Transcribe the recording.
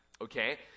okay